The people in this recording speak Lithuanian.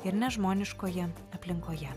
ir nežmoniškoje aplinkoje